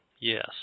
Yes